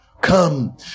Come